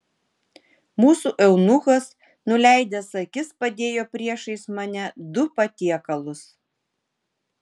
mūsų eunuchas nuleidęs akis padėjo priešais mane du patiekalus